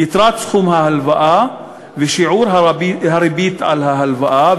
יתרת סכום ההלוואה ושיעור הריבית על ההלוואה,